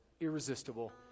irresistible